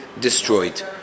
destroyed